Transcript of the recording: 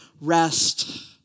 rest